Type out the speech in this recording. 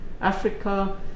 Africa